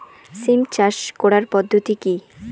সিম চাষ করার পদ্ধতি কী?